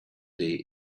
day